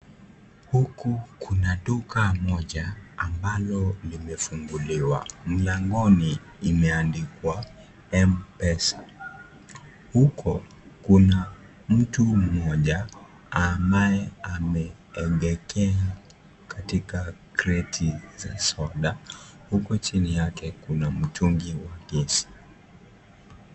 Huku kuna duka moja ambalo limefunguliwa, mlangoni imeandikwa MPESA, uko kuna mtu mmoja ambaye ameengekea katika kreti za soda, uko chini yake kuna mtungi wa gesi.